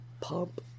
pump